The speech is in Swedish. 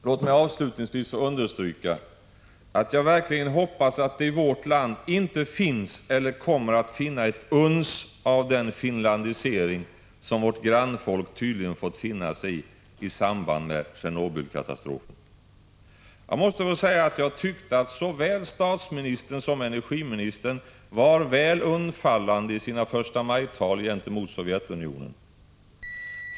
Låt mig avslutningsvis få understryka att jag verkligen hoppas att det i vårt land inte finns eller kommer att finnas ett uns av den finlandisering som vårt grannland tydligen fått finna sig i i samband med Tjernobylkatastrofen. Jag måste få säga att jag tyckte att såväl statsministern som energiministern var väl undfallande gentemot Sovjetunionen i sina förstamajtal.